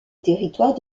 territoire